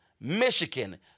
Michigan